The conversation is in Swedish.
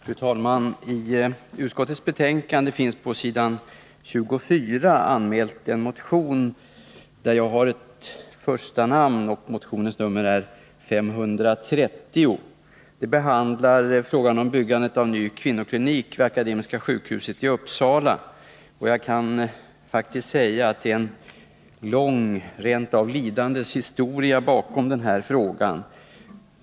Fru talman! I utskottets betänkande anmäls på s. 24 en motion, nr 530, där jag står som första namn. Motionen behandlar frågan om byggande av ny kvinnoklinik vid Akademiska sjukhuset i Uppsala. Jag kan faktiskt säga att det är en lång, rent av lidandes, historia bakom denna fråga.